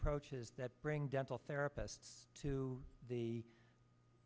approaches that bring dental therapists to the